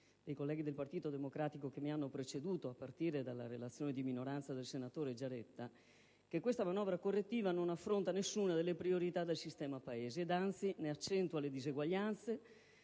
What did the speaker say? dei colleghi del Partito Democratico che mi hanno preceduto, a partire dalla relazione di minoranza del senatore Giaretta, che questa manovra correttiva non affronta nessuna delle priorità del sistema Paese ed, anzi, ne accentua le disuguaglianze